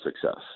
success